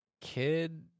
Kid